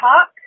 talk